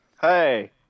hey